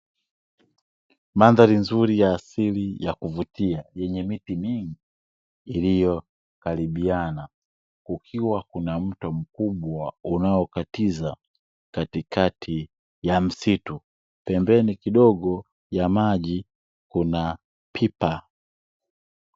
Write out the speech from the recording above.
Mandhari nzuri ya asili ya kuvutia yenye miti mingi iliyokaribiana, kukiwa kuna mto mkubwa unaokatiza katikati ya msitu. Pembeni kidogo ya maji kuna pipa.